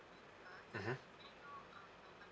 mmhmm